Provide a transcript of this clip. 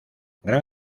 gran